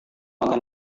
akan